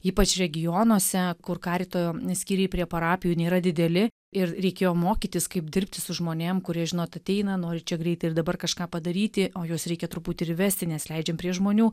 ypač regionuose kur karito skyriai prie parapijų nėra dideli ir reikėjo mokytis kaip dirbti su žmonėm kurie žinot ateina nori čia greitai ir dabar kažką padaryti o juos reikia truputį ir įvesti nes leidžiam prie žmonių